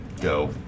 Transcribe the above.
go